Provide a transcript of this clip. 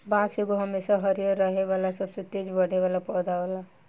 बांस एगो हमेशा हरियर रहे आ सबसे तेज बढ़े वाला पौधा होला